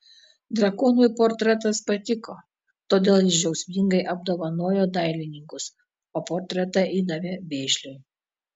drakonui portretas patiko todėl jis džiaugsmingai apdovanojo dailininkus o portretą įdavė vėžliui